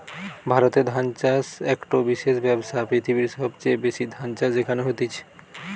ভারতে ধান চাষ একটো বিশেষ ব্যবসা, পৃথিবীর সবচেয়ে বেশি ধান চাষ এখানে হতিছে